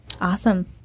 Awesome